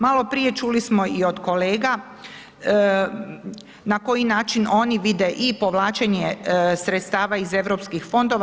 Malo prije čuli smo i od kolega na koji način oni vide i povlačenje sredstava iz eu fondova.